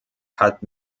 hat